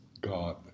God